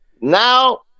Now